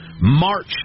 march